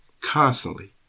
constantly